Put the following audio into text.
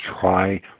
try